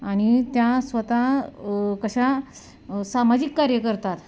आणि त्या स्वतः कशा सामाजिक कार्य करतात